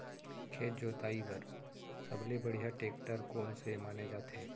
खेत जोताई बर सबले बढ़िया टेकटर कोन से माने जाथे?